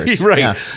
right